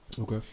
Okay